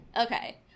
Okay